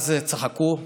אז צחקו וזלזלו,